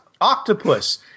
octopus